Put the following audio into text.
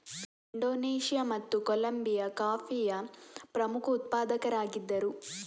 Indonesia ಮತ್ತು Colombia ಕಾಫಿಯ ಪ್ರಮುಖ ಉತ್ಪಾದಕರಾಗಿದ್ದರು